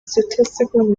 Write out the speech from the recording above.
statistical